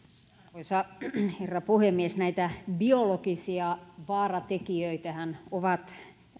arvoisa herra puhemies näitä biologisia vaaratekijöitähän ovat